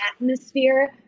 atmosphere